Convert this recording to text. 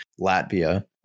Latvia